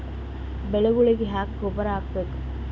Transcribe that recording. ಬೆಳಿಗೊಳಿಗಿ ಯಾಕ ಗೊಬ್ಬರ ಹಾಕಬೇಕು?